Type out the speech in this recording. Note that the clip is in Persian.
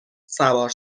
سوار